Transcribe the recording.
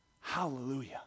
hallelujah